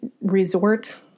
resort